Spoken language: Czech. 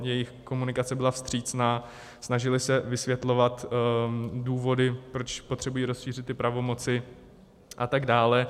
Jejich komunikace byla vstřícná, snažili se vysvětlovat důvody, proč potřebují rozšířit pravomoci a tak dále.